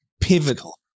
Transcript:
Pivotal